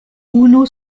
unu